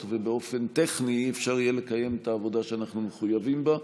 ובאופן טכני אי-אפשר יהיה לקיים את העבודה שאנחנו מחויבים בה.